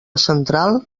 central